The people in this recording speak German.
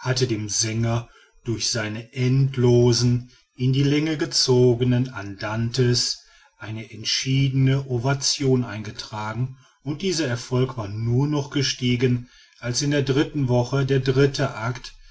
hatte dem sänger durch seine endlosen in die länge gezogenen andantes eine entschiedene ovation eingetragen und dieser erfolg war nur noch gestiegen als in der dritten woche der dritte act